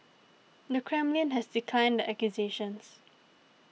the Kremlin has declined the accusations